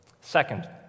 Second